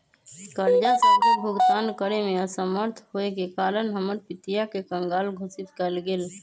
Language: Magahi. कर्जा सभके भुगतान करेमे असमर्थ होयेके कारण हमर पितिया के कँगाल घोषित कएल गेल